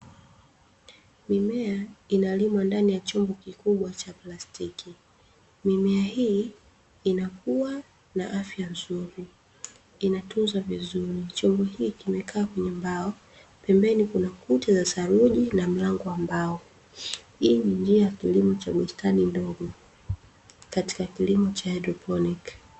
Mimea inalimwa ndani ya chombo kikubwa cha plastiki, mimea hii inakua na afya nzuri, inatunzwa vizuri. Chombo hiki kimekaa kwenye mbao, pembeni kuna kuta za saruji na mlango wa mbao. Hii ni njia tulivu cha bustani ndogo katika kilimo cha "haidroponiki".